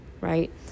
Right